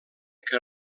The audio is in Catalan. que